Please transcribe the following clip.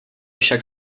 však